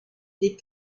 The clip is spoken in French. des